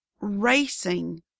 racing